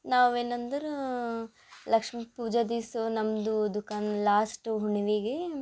ನಾವು ಏನಂದುರ ಲಕ್ಷ್ಮಿ ಪೂಜ ದಿವ್ಸ ನಮ್ಮದು ದುಖಾನ್ ಲಾಸ್ಟ್ ಹುಣ್ವಿಗಿ